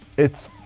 it's.